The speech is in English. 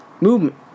Movement